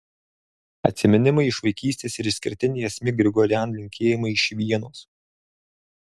atsiminimai iš vaikystės ir išskirtiniai asmik grigorian linkėjimai iš vienos